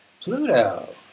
pluto